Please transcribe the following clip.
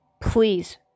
please